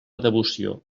devoció